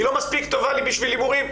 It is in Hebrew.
היא לא מספיק טובה לי בשביל הימורים,